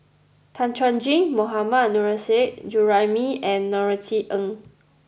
Tan Chuan Jin Mohammad Nurrasyid Juraimi and Norothy Ng